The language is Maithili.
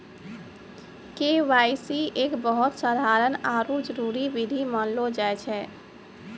के.वाई.सी एक बहुते साधारण आरु जरूरी विधि मानलो जाय छै